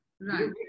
Right